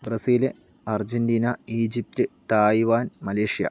Brazil Argentina Egypt Taiwan Malaysia